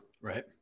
Right